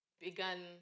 began